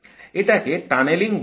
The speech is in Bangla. এটাকে টানেলিং বলা হয়